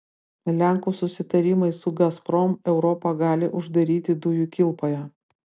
lenkų susitarimai su gazprom europą gali uždaryti dujų kilpoje